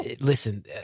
Listen